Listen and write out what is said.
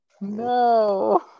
No